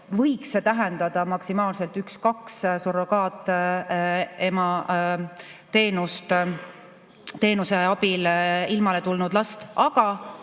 võiks see tähendada maksimaalselt üks-kaks surrogaatema teenuse abil ilmale tulnud last